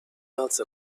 else